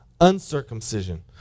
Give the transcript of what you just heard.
uncircumcision